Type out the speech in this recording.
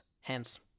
Hence